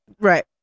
right